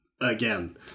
again